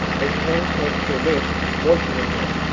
her tongue touched her lips, moistening them,